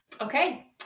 okay